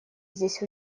здесь